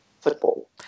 football